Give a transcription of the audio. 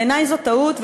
בעיני זו טעות,